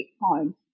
home